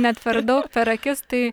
net per daug per akis tai